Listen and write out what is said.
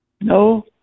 No